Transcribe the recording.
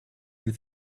ein